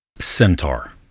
centaur